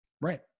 Right